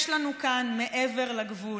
יש לנו כאן מעבר לגבול,